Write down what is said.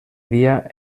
via